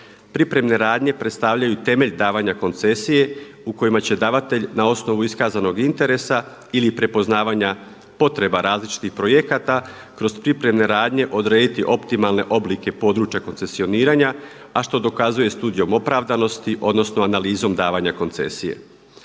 Pripremne radnje predstavljaju temelj davanja koncesije u kojima će davatelj na osnovu iskazanog interesa ili prepoznavanja potreba različitih projekata kroz pripremne radnje odrediti optimalne oblike područja koncesioniranja, a što dokazuje studijom opravdanosti, odnosno analizom davanja koncesije.